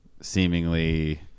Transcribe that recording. seemingly